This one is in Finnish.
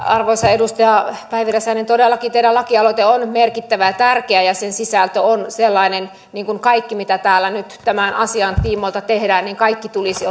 arvoisa edustaja päivi räsänen todellakin teidän lakialoitteenne on merkittävä ja tärkeä ja sen sisältö on sellainen että kaikki mitä tässä nyt tämän asian tiimoilta tehdään tulisi